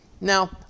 Now